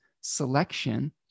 selection